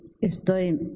Estoy